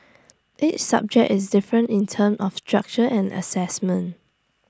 each subject is different in terms of structure and Assessment